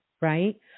right